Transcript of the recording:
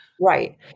Right